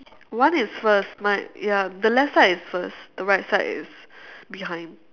one is first my ya the left side is first the right side is behind